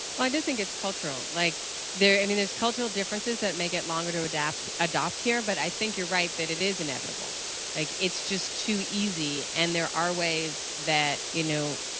and think it's cultural like there, i mean, there's cultural differences that make it longer to adapt, adopt here but i think you're right that it is inevitable. like it's just too easy and there are ways that, you know,